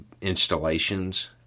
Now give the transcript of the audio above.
installations